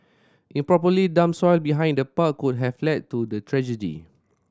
improperly dumped soil behind the park could have led to the tragedy